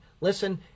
Listen